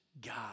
God